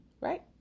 Right